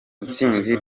isinzi